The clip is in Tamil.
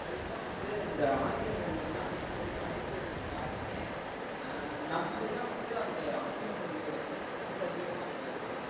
அது தான் வந்து இந்த ஆங்கில மொழி வந்து அனைத்து மொழியையும் அழிக்கிறதுக்கு காரணம் நம்மளிடம் வந்து அந்த ஆங்கில மொழியோட தேவை வந்து அதிகமாக இருக்கிறதுனால தான்